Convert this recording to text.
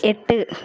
எட்டு